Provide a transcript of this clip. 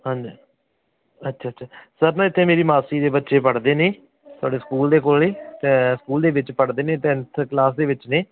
ਹਾਂਜੀ ਅੱਛਾ ਅੱਛਾ ਸਰ ਨਾ ਇੱਥੇ ਮੇਰੀ ਮਾਸੀ ਦੇ ਬੱਚੇ ਪੜ੍ਹਦੇ ਨੇ ਤੁਹਾਡੇ ਸਕੂਲ ਦੇ ਕੋਲ ਸਕੂਲ ਦੇ ਵਿੱਚ ਪੜ੍ਹਦੇ ਨੇ ਟੈਨਥ ਕਲਾਸ ਦੇ ਵਿੱਚ ਨੇ